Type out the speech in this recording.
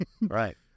Right